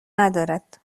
ندارد